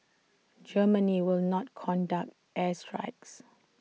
Germany will not conduct air strikes